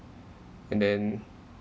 and then